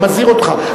אני מזהיר אותך,